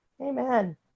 Amen